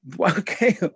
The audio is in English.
Okay